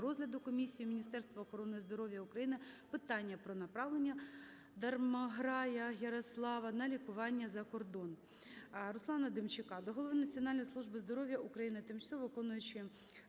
розгляду комісією Міністерства охорони здоров'я України питання про направлення Дармограя Ярослава на лікування за кордоном.